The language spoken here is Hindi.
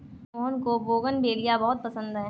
मोहन को बोगनवेलिया बहुत पसंद है